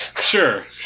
Sure